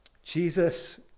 Jesus